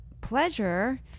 pleasure